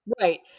right